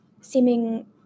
seeming –